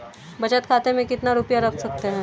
बचत खाते में कितना रुपया रख सकते हैं?